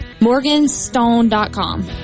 Morganstone.com